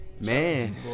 Man